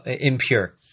impure